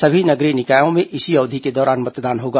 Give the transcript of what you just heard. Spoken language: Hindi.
सभी नगरीय निकायों में इसी अवधि के दौरान मतदान होगा